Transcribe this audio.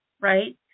right